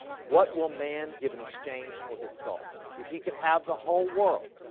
what will man give in exchange for his soul if he could have the whole world?